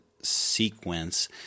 sequence